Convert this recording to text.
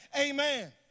Amen